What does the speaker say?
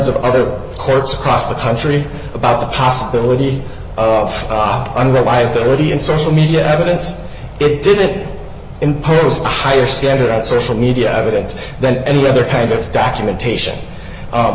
of other courts across the country about the possibility of op unreliability and social media evidence it did it imperils higher standard at source media evidence then any other kind of documentation u